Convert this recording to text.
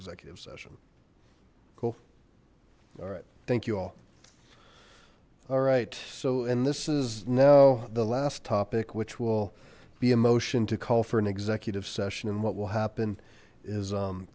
executive session cool all right thank you all all right so and this is now the last topic which will be a motion to call for an executive session and what will happen is